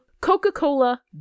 Coca-Cola